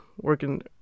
working